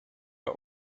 are